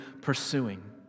pursuing